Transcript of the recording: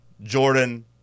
Jordan